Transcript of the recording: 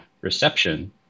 reception